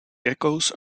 geckos